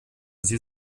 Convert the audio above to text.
sie